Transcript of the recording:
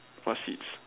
what seeds